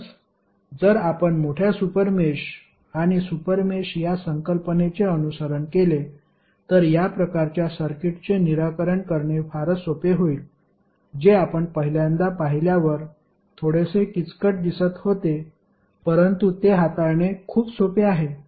म्हणूनच जर आपण मोठ्या सुपर मेष आणि सुपर मेष या संकल्पनेचे अनुसरण केले तर या प्रकारच्या सर्किटचे निराकरण करणे फारच सोपे होईल जे आपण पहिल्यांदा पाहिल्यावर थोडेसे किचकट दिसत होते परंतु ते हाताळणे खूप सोपे आहे